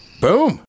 Boom